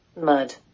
mud